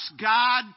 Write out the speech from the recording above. God